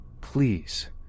please